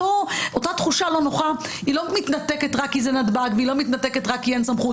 אותה תחושה לא נוחה לא מתנתקת רק כי זה נתב"ג או רק כי אין סמכות